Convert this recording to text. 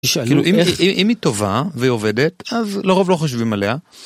אם היא טובה ועובדת, אז לרוב לא חושבים עליה.